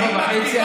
ארבע וחצי,